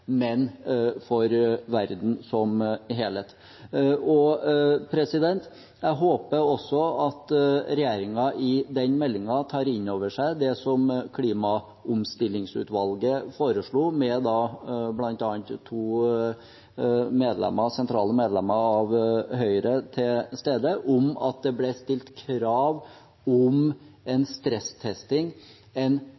men for verden som helhet. Jeg håper også at regjeringen i den meldingen tar inn over seg det som Klimaomstillingsutvalget foreslo, med bl.a. to sentrale medlemmer av Høyre til stede, om at det ble stilt krav om en